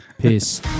Peace